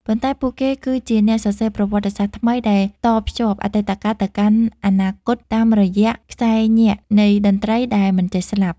ប៉ុន្តែពួកគេគឺជាអ្នកសរសេរប្រវត្តិសាស្ត្រថ្មីដែលតភ្ជាប់អតីតកាលទៅកាន់អនាគតតាមរយៈខ្សែញាក់នៃតន្ត្រីដែលមិនចេះស្លាប់។